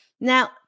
Now